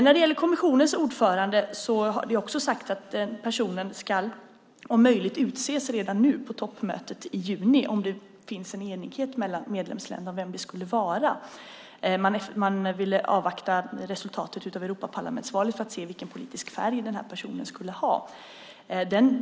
När det gäller kommissionens ordförande har det sagts att denna person om möjligt ska utses redan på toppmötet i juni om det finns en enighet bland medlemsländerna om vem det skulle vara. Man ville avvakta resultatet av Europaparlamentsvalet för att se vilken politisk färg som denna person skulle ha.